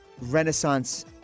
renaissance